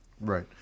right